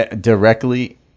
directly